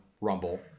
Rumble